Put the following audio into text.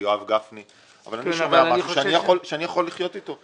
יואב גפני אבל אני שומע משהו שאני יכול לחיות אתו.